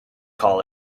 call